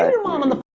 ah your mom on the